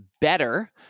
better